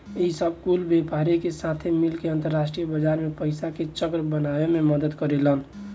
ई सब कुल व्यापारी के साथे मिल के अंतरास्ट्रीय बाजार मे पइसा के चक्र बनावे मे मदद करेलेन